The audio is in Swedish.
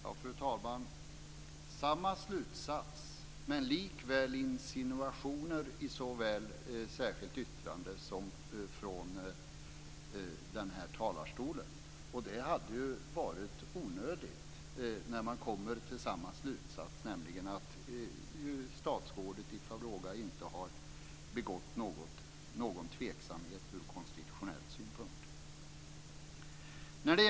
Fru talman! Samma slutsats, men likväl insinuationer i såväl ett särskilt yttrande som från den här talarstolen. Det hade ju varit onödigt när man kommer fram till samma slutsats, nämligen att statsrådet i fråga inte har begått någon handling som är tveksam ur konstitutionell synpunkt.